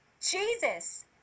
Jesus